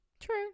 True